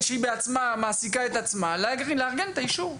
שהיא בעצמה מעסיקה את עצמה לארגן את האישור.